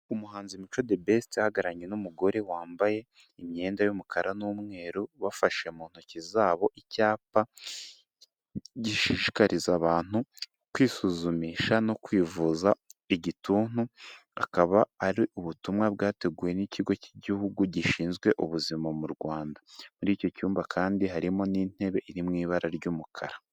Umuhanzi Mico The Best ahagararanye n'umugore wambaye imyenda y'umukara n'umweru, bafashe mu ntoki zabo icyapa, gishishikariza abantu kwisuzumisha no kwivuza igituntu, akaba ari ubutumwa bwateguwe n'Ikigo k'Igihugu gishinzwe Ubuzima mu Rwanda, muri icyo cyumba kandi harimo n'intebe iri mu ibara ry'umukara.